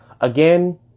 Again